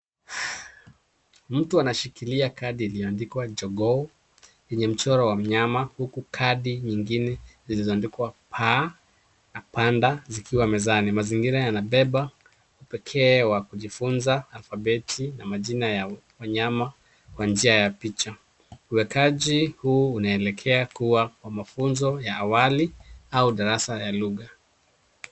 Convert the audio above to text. Mtu anashikilia kadi iliyoandikwa jogoo yenye mchoro wa mnyama huku kadi nyingine zilizoandikwa paa na panda zikiwa mezani. Mazingira yanabeba upekee wa kujifunza alfabeti na majina ya wanyama kwa njia ya picha. Uwekaji huu unaelekea kuwa wa mafunzo ya awali au darasa ya lugha.